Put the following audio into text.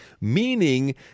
meaning